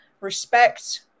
respect